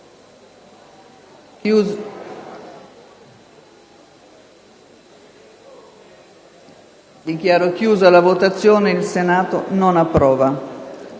Dichiaro chiusa la votazione. **Il Senato non approva**.